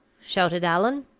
shouted allan.